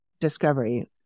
Discovery